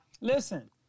listen